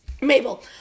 Mabel